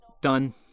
Done